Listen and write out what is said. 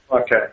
Okay